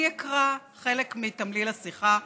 אני אקרא חלק מתמליל השיחה.